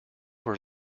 were